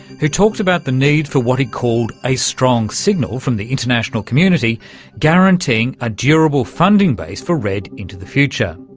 who talked about the need for what he called a strong signal from the international community guaranteeing a durable funding base for redd into the future.